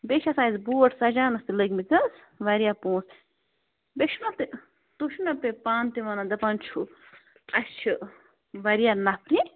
بیٚیہِ چھِ آسان اَسہِ بوٹ سَجانس تہِ لٔگمِتۍ حظ وارِیاہ پونٛسہٕ بیٚیہِ چھُنَہ تہِ تۄہہِ چھُو نَہ تیٚلہِ پانہٕ تہِ وَنن دَپان چھُو اَسہِ چھِ وارِیاہ نفری